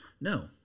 no